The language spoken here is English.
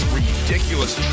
ridiculous